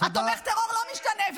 תומך הטרור לא משתנה.